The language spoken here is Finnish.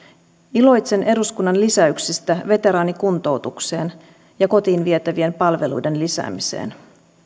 iloitsen eduskunnan lisäyksestä veteraanikuntoutukseen ja kotiin vietävien palveluiden lisäämiseen